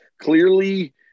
Clearly